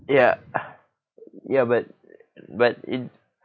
ya ya but but it